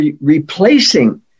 replacing